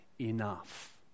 enough